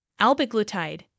Albiglutide